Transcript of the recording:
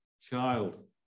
child